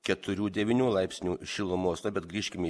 keturių devynių laipsnių šilumos na bet grįžkim į